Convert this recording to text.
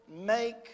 make